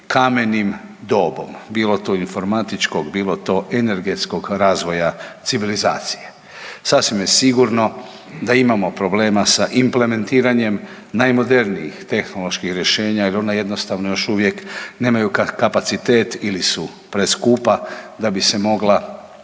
kamenim dobom, bilo to informatičkog, bilo to energetskog razvoja civilizacije. Sasvim je sigurno da imamo problema sa implementiranjem najmodernijih tehnoloških rješenja jer ona jednostavno još uvijek nemaju kapacitet ili su preskupa da bi se mogla